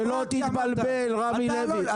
שלא תתבלבל, רמי לוי.